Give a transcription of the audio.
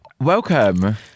Welcome